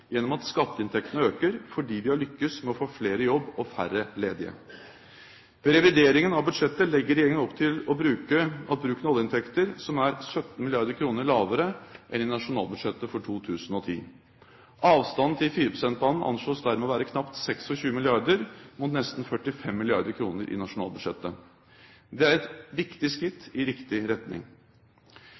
gjennom at skatteinntektene øker – fordi vi har lyktes med å få flere i jobb og færre ledige. Ved revideringen av budsjettet legger regjeringen opp til en bruk av oljeinntekter som er 17 mrd. kr lavere enn i nasjonalbudsjettet for 2010. Avstanden til 4 pst.-banen anslås dermed å være knapt 26 mrd. kr, mot nesten 45 mrd. kr i nasjonalbudsjettet. Det er et viktig skritt i riktig retning.